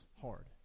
hard